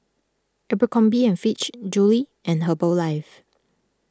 Abercrombie and Fitch Julie's and Herbalife